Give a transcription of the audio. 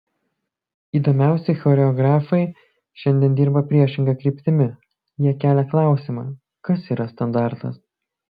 įdomiausi choreografai šiandien dirba priešinga kryptimi jie kelia klausimą kas yra standartas